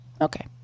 Okay